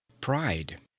pride